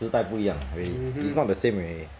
时代不一样 really is not the same already